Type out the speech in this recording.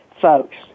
folks